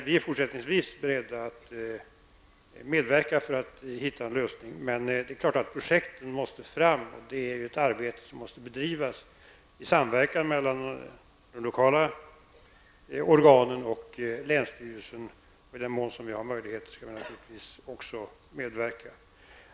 Vi är fortsättningsvis beredda att medverka till att hitta en lösning, men det är klart att projekten måste komma till stånd, och det är ett arbete som måste bedrivas i samverkan mellan lokala organ och länsstyrelsen. I den mån vi har möjligheter skall vi naturligtvis också medverka.